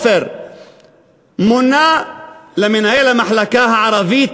ובזה אני מסיים, מונה למנהל המחלקה הערבית